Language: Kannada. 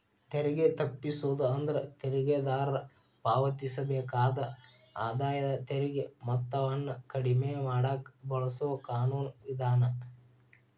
ತೆರಿಗೆ ತಪ್ಪಿಸೋದು ಅಂದ್ರ ತೆರಿಗೆದಾರ ಪಾವತಿಸಬೇಕಾದ ಆದಾಯ ತೆರಿಗೆ ಮೊತ್ತವನ್ನ ಕಡಿಮೆ ಮಾಡಕ ಬಳಸೊ ಕಾನೂನು ವಿಧಾನ